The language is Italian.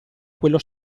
quello